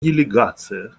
делегация